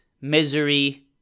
misery